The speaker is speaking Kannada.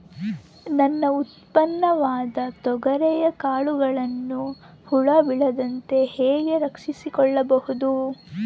ನನ್ನ ಉತ್ಪನ್ನವಾದ ತೊಗರಿಯ ಕಾಳುಗಳನ್ನು ಹುಳ ಬೇಳದಂತೆ ಹೇಗೆ ರಕ್ಷಿಸಿಕೊಳ್ಳಬಹುದು?